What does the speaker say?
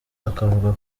akavuga